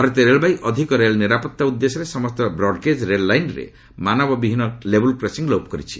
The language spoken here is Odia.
ଭାରତୀୟ ରେଳବାଇ ଅଧିକ ରେଳ ନିରାପତ୍ତା ଉଦ୍ଦେଶ୍ୟରେ ସମସ୍ତ ବ୍ରଡ୍ଗେଜ୍ ରେଳ ଲାଇନ୍ରେ ମାନବବିହୀନ ଲେବୁଲ୍ କ୍ରସିଂ ଲୋପ କରିଛି